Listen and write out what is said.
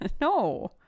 No